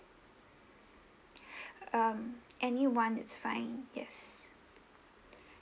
um anyone it's fine yes